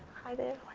hi there.